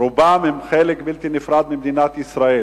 רובם הם חלק בלתי נפרד ממדינת ישראל.